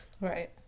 Right